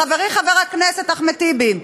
חברי חבר הכנסת אחמד טיבי,